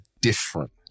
different